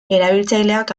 erabiltzaileak